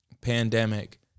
pandemic